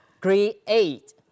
Create